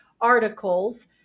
articles